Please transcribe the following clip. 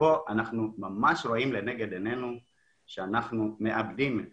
וכאן אנחנו ממש רואים לנגד עינינו שאנחנו מאבדים את